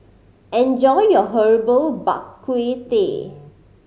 enjoy your Herbal Bak Ku Teh